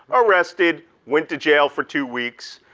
arrested, went to jail for two weeks.